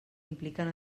impliquen